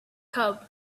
cub